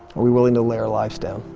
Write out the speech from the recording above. we willing to lay our lives down?